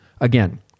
Again